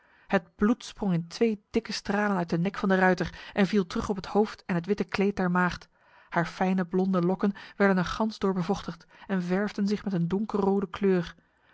het bloed sprong in twee dikke stralen uit de nek van de ruiter en viel terug op het hoofd en het witte kleed der maagd haar fijne blonde lokken werden er gans door bevochtigd en verfden zich met een donkerrode kleur